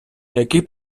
які